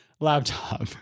laptop